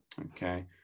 okay